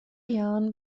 jahren